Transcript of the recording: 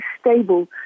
stable